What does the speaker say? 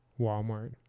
Walmart